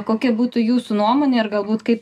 kokia būtų jūsų nuomonė ir galbūt kaip